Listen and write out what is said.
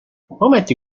ometi